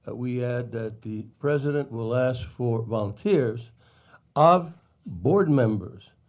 but we add that the president will ask for volunteers of board members,